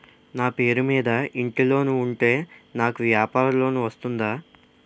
నా పేరు మీద ఇంటి లోన్ ఉంటే నాకు వ్యాపార లోన్ వస్తుందా?